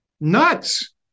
nuts